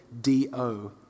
D-O